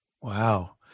Wow